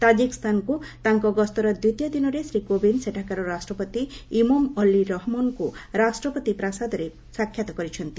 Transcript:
ତାଜିକିସ୍ତାନକୁ ତାଙ୍କ ଗସ୍ତର ଦ୍ୱିତୀୟ ଦିନରେ ଶ୍ରୀ କୋବିନ୍ଦ୍ ସେଠାକାର ରାଷ୍ଟ୍ରପତି ଇମୋମ୍ ଅଲ୍ଲା ରହମୋନ୍ଙ୍କୁ ରାଷ୍ଟ୍ରପତି ପ୍ରାସାଦରେ ସାକ୍ଷାତ କରିଛନ୍ତି